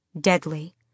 deadly